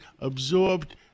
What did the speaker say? absorbed